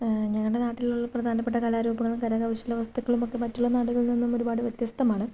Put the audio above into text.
ഞങ്ങളുടെ നാട്ടിലുള്ള പ്രധാനപ്പെട്ട കലാരൂപങ്ങളും കരകൗശല വസ്തുക്കളുമൊക്കെ മറ്റുള്ള നാടുകളിൽ നിന്നും ഒരുപാട് വ്യത്യസ്തമാണ്